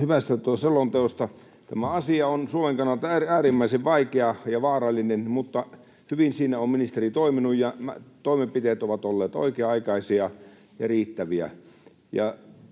hyvästä selonteosta! Tämä asia on Suomen kannalta äärimmäisen vaikea ja vaarallinen, mutta hyvin siinä on ministeri toiminut, ja toimenpiteet ovat olleet oikea-aikaisia ja riittäviä.